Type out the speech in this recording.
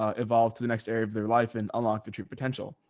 ah evolve to the next area of their life and unlock the true potential.